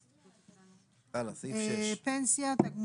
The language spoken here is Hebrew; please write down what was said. הלאה, סעיף 6. טור